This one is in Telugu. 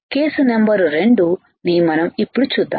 కేస్ నెంబరు 2 ని మనం ఇప్పుడు చూద్దాం